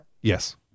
Yes